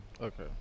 Okay